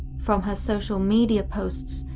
from her social media posts,